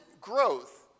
growth